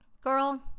girl